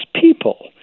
People